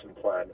plan